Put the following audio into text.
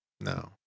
No